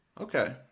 Okay